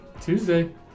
Tuesday